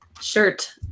shirt